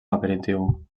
aperitiu